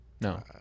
No